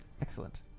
Excellent